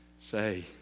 say